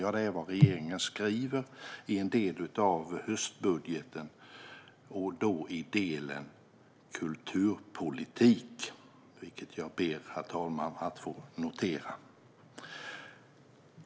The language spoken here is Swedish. Ja, det är vad regeringen skriver i en del av höstbudgeten - det är i delen om kulturpolitik, vilket jag, herr talman, ber att få notera.